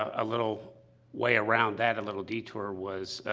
a little way around that, a little detour, was, ah,